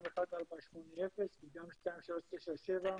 גם 1480 וגם 2379 לבדואים בצפון ולבדואים בדרום.